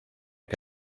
que